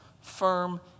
firm